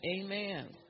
amen